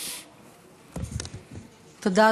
תודה.